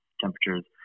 temperatures